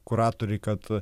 kuratoriai kad